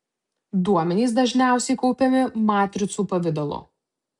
duomenys dažniausiai kaupiami matricų pavidalu